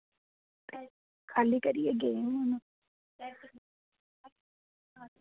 खाल्ली करियै गे हून